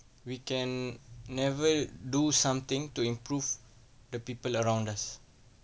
we can never do something to improve the people around us